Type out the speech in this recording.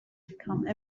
become